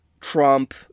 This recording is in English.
Trump